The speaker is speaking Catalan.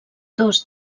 dos